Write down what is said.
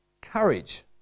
Courage